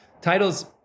titles